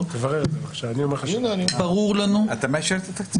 אני חייב לשאול שאלה מבחינת ההתנהלות של הבית הזה.